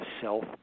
self